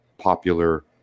popular